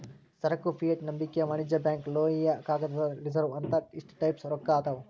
ಸರಕು ಫಿಯೆಟ್ ನಂಬಿಕೆಯ ವಾಣಿಜ್ಯ ಬ್ಯಾಂಕ್ ಲೋಹೇಯ ಕಾಗದದ ರಿಸರ್ವ್ ಅಂತ ಇಷ್ಟ ಟೈಪ್ಸ್ ರೊಕ್ಕಾ ಅದಾವ್